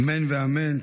אמן ואמן.